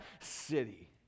city